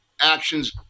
actions